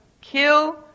kill